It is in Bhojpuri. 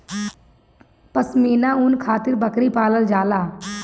पश्मीना ऊन खातिर बकरी पालल जाला